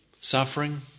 Suffering